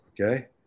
Okay